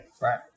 Right